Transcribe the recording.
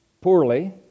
poorly